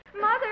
Mother